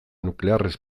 nuklearrez